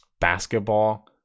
basketball